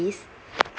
~ece